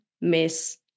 miss